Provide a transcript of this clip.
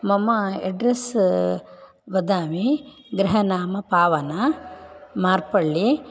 मम एड्रेस् वदामि गृहनाम पावना मार्पल्लि